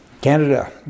Canada